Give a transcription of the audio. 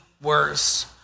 worse